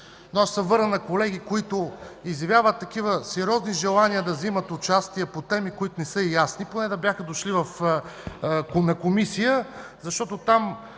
аз ще се върна на колеги, които изявяват сериозно желание да вземат участие по теми, които не са им ясни, поне да бяха дошли на комисия, защото там